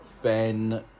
Ben